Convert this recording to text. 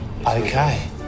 Okay